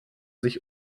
sich